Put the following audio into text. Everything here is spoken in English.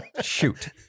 Shoot